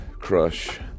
crush